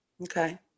Okay